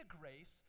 grace